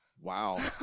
Wow